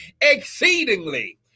exceedingly